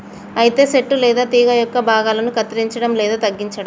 అయితే సెట్టు లేదా తీగ యొక్క భాగాలను కత్తిరంచడం లేదా తగ్గించడం